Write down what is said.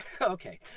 Okay